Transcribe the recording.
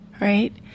right